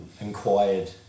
inquired